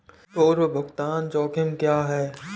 पूर्व भुगतान जोखिम क्या हैं?